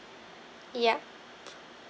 ya